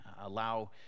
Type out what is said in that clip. Allow